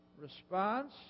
response